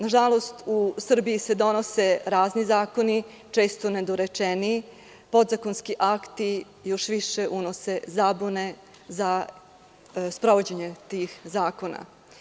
Na žalost u Srbiji se donose razni zakoni, često nedorečeni, podzakonski akti još više unose zabune za sprovođenje tih zakona.